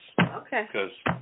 Okay